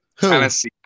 Tennessee